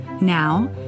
Now